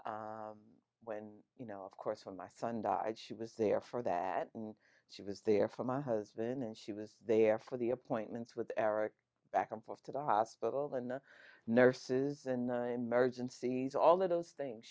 basis when you know of course when my son died she was there for that and she was there for my husband and she was there for the appointments with eric back and forth to the hospital and the nurses the nine merge and sees all of those things